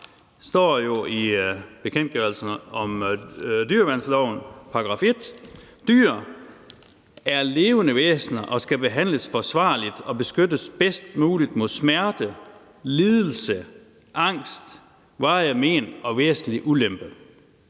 det står i bekendtgørelsen af dyreværnsloven i § 1: »Dyr er levende væsener og skal behandles forsvarligt og beskyttes bedst muligt mod smerte, lidelse, angst, varigt men og væsentlig ulempe.«